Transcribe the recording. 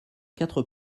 quatre